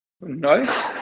No